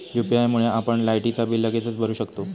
UPI मुळे आपण लायटीचा बिल लगेचच भरू शकतंव